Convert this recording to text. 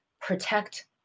protect